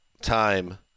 time